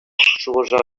шухӑша